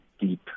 deep